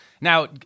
Now